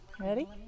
Ready